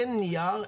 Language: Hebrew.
אין נייר,